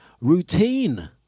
routine